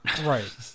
Right